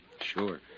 Sure